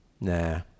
nah